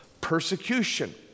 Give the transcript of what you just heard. persecution